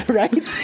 right